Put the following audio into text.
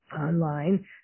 online